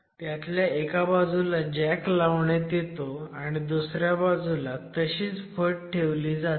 त्यातल्या एका बाजूला जॅक लावण्यात येतो आणि दुसऱ्या बाजूला तशीच फट ठेवली जाते